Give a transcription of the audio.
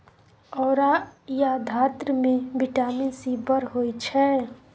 औरा या धातृ मे बिटामिन सी बड़ होइ छै